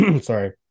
sorry